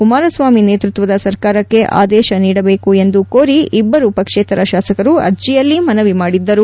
ಕುಮಾರಸ್ವಾಮಿ ನೇತೃತ್ವದ ಸರ್ಕಾರಕ್ಕೆ ಆದೇಶ ನೀಡಬೇಕು ಎಂದು ಕೋರಿ ಇಬ್ಬರು ಪಕ್ಷೇತರ ಶಾಸಕರು ಅರ್ಜಿಯಲ್ಲಿ ಮನವಿ ಮಾದಿದ್ದಾರೆ